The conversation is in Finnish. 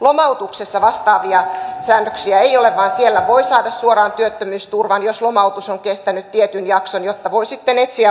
lomautuksessa vastaavia säännöksiä ei ole vaan siellä voi saada suoraan työttömyysturvan jos lomautus on kestänyt tietyn jakson jotta voi sitten etsiä uutta työpaikkaa